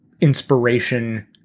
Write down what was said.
inspiration